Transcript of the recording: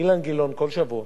אילן גילאון, כל שבוע,